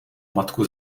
matku